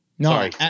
No